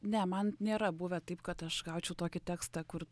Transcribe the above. ne man nėra buvę taip kad aš gaučiau tokį tekstą kur